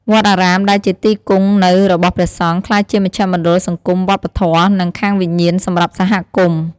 វត្តអារាមដែលជាទីគង់នៅរបស់ព្រះសង្ឃ ក្លាយជាមជ្ឈមណ្ឌលសង្គម វប្បធម៌ និងខាងវិញ្ញាណសម្រាប់សហគមន៍។